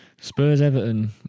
Spurs-Everton